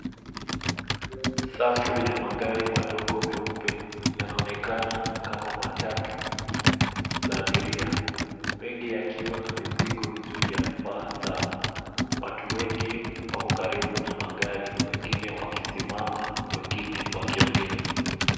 Safu ya magari madogo meupe yanaonekana kama matatu za abiria mengi yakiwa na mizigo juu ya paa zao. Watu wengi wako karibu na magari wengine wakisimama wengine wakiongea.